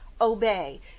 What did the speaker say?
obey